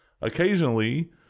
Occasionally